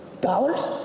Dollars